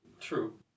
True